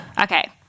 Okay